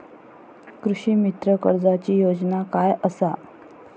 कृषीमित्र कर्जाची योजना काय असा?